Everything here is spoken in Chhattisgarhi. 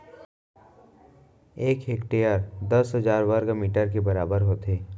एक हेक्टर दस हजार वर्ग मीटर के बराबर होथे